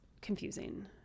confusing